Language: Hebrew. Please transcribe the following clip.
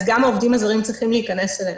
אז גם העובדים הזרים צריכים להיכנס אליהן.